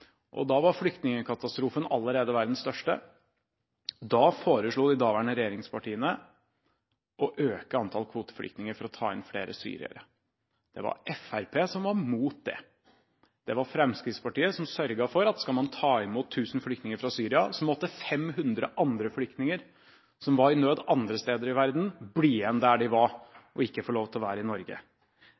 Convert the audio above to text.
allerede da var flyktningkatastrofen verdens største. Da foreslo de daværende regjeringspartiene å øke antallet kvoteflyktninger for å ta imot flere syrere. Det var Fremskrittspartiet som var imot det. Det var Fremskrittspartiet som sørget for at hvis man skulle ta imot 1 000 flyktninger fra Syria, måtte 500 andre flyktninger, som var i nød andre steder i verden, bli igjen der de var, og ikke få lov til å være i Norge.